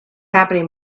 happening